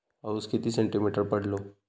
पाऊस किती सेंटीमीटर पडलो?